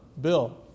bill